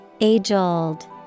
Age-old